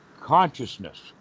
Consciousness